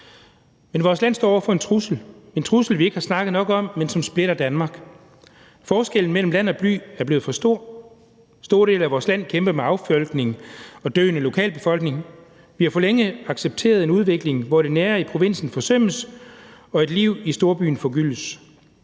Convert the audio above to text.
Men vores land står over for en trussel – en trussel, vi ikke har snakket nok om, og som splitter Danmark. Forskellen mellem land og by er blevet for stor. Store dele af vores land kæmper med affolkning og døende lokalbefolkning. Vi har for længe accepteret en udvikling, hvor det nære i provinsen forsømmes og et liv i storbyen forgyldes,